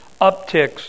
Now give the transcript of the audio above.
upticks